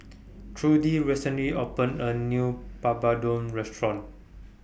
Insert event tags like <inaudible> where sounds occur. <noise> Trudie recently opened A New Papadum Restaurant